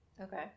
Okay